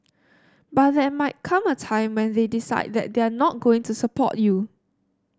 but there might come a time when they decide that they're not going support you